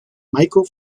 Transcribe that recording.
michael